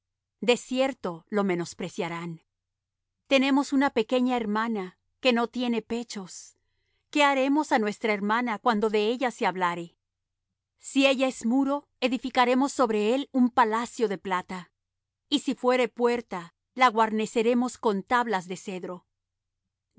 cierto lo menospreciaran tenemos una pequeña hermana que no tiene pechos qué haremos á nuestra hermana cuando de ella se hablare si ella es muro edificaremos sobre él un palacio de plata y si fuere puerta la guarneceremos con tablas de cedro yo